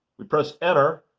we press enter.